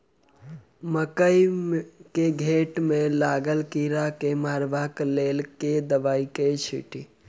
मकई केँ घेँट मे लागल कीड़ा केँ मारबाक लेल केँ दवाई केँ छीटि?